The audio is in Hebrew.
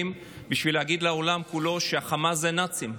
בשביל להגיד לעולם כולו שהחמאס הם נאצים,